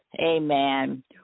Amen